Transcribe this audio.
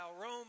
Rome